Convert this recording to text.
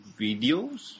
videos